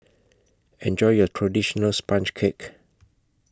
Enjoy your Traditional Sponge Cake